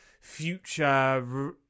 future